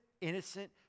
innocent